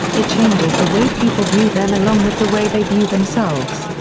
it changes the way people view them along with the way they view themselves.